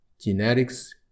genetics